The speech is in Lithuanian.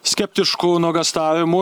skeptiškų nuogąstavimų